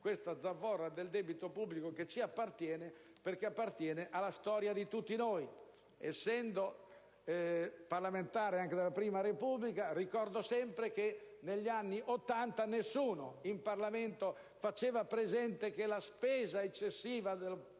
questa zavorra del debito pubblico, che ci appartiene, perché appartiene alla storia di tutti noi. Essendo stato parlamentare anche nella prima Repubblica, ricordo sempre che negli anni '80 nessuno in Parlamento faceva presente che la spesa pubblica